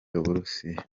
uburusiya